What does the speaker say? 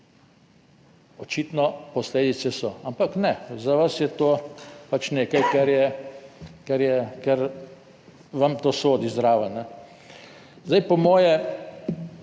Očitno posledice so, ampak ne, za vas je to pač nekaj, kar vam to sodi zraven. Zdaj, po moje